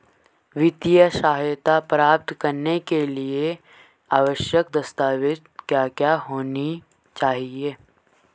वित्तीय सहायता प्राप्त करने के लिए आवश्यक दस्तावेज क्या क्या होनी चाहिए?